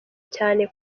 cyane